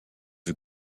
vue